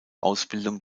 ausbildung